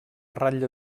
ratlla